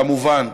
כמובן,